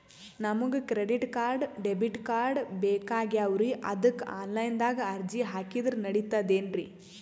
ನಮಗ credit card, debit card ಬೇಕಾಗ್ಯಾವ್ರೀ ಅದಕ್ಕ ಆನಲೈನದಾಗ ಅರ್ಜಿ ಹಾಕಿದ್ರ ನಡಿತದೇನ್ರಿ?